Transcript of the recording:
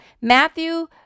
Matthew